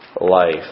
life